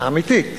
האמיתית